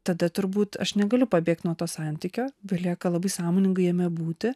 tada turbūt aš negaliu pabėgti nuo to santykio belieka labai sąmoningai jame būti